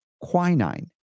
quinine